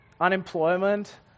unemployment